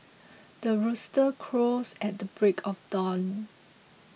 the rooster crows at the break of dawn